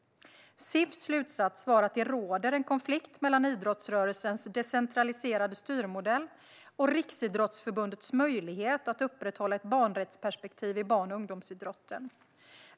CIF:s slutsats var att det råder en konflikt mellan idrottsrörelsens decentraliserade styrmodell och Riksidrottsförbundets möjlighet att upprätthålla ett barnrättsperspektiv i barn och ungdomsidrotten.